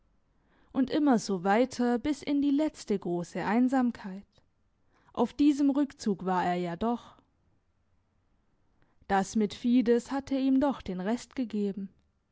und immer so weiter bis in die letzte grosse einsamkeit auf diesem rückzug war er ja doch das mit fides hatte ihm doch den rest gegeben